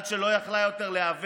עד שלא יכלה יותר להיאבק